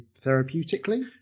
therapeutically